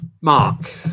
Mark